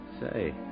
Say